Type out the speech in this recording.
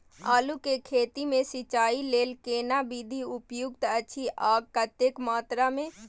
आलू के खेती मे सिंचाई लेल केना विधी उपयुक्त अछि आ कतेक मात्रा मे?